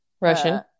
Russian